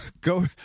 go